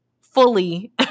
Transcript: fully